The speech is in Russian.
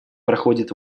проходит